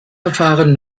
verfahren